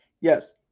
yes